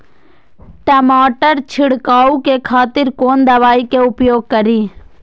टमाटर छीरकाउ के खातिर कोन दवाई के उपयोग करी?